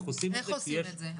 איך עושים את זה.